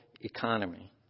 economy